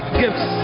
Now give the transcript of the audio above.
gifts